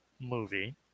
movie